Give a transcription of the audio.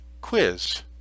Quiz